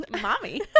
mommy